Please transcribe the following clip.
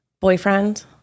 boyfriend